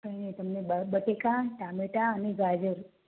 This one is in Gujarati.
અને તમને બટેકા ટામેટાં અને ગાજર